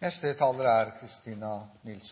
Jeg synes det er